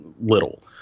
little